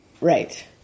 Right